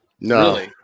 no